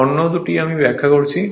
অন্য দুটি আমি ব্যাখ্যা করেছি